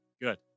Good